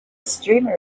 streamer